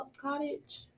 cottage